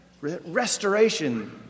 restoration